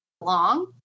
long